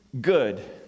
good